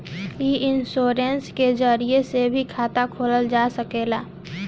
इ इन्शोरेंश के जरिया से भी खाता खोलल जा सकेला